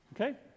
okay